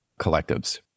collectives